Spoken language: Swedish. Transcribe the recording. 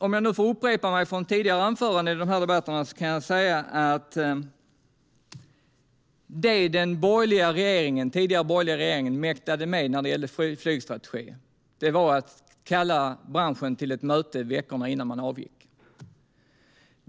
Om jag nu får upprepa mig från tidigare anföranden i debatten kan jag säga att det som den tidigare, borgerliga regeringen mäktade med när det gäller flygstrategin var att kalla branschen till ett möte veckorna innan man avgick.